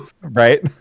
Right